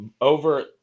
over